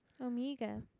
Omega